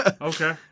Okay